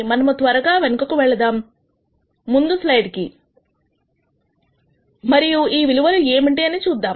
మనము త్వరగా వెనుకకు వెళదాం ముందు స్లైడ్ కి మరియు ఈ విలువలు ఏమిటి అని చూద్దాం